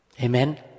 Amen